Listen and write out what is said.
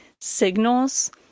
signals